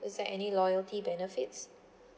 is there any loyalty benefits